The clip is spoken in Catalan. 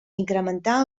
incrementar